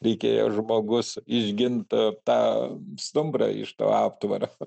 reikėjo žmogus išgint tą stumbrą iš to aptvaro